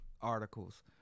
articles